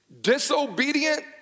disobedient